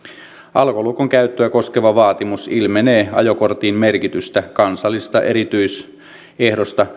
alkolukon käyttöä koskeva vaatimus ilmenee ajokorttiin merkitystä kansallisesta erityisehdosta